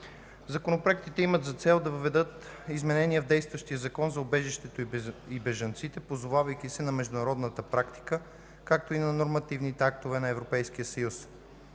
Законопроектите имат за цел да въведат изменения в действащия Закон за убежището и бежанците, позовавайки се на международната практика, както и на нормативните актове на Европейския съюз.